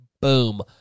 Boom